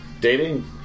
dating